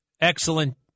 Excellent